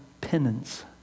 penance